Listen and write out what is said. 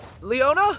Leona